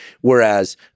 Whereas